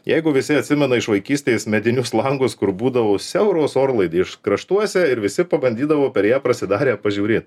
jeigu visi atsimena iš vaikystės medinius langus kur būdavo siauros orlaidė iš kraštuose ir visi pabandydavo per ją prasidarę pažiūrėt